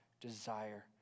desire